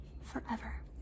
Forever